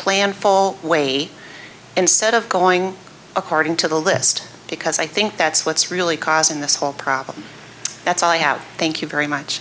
planned fall way instead of going according to the list because i think that's what's really causing this whole problem that's all i have thank you very much